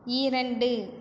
இரண்டு